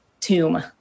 tomb